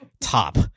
top